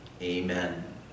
amen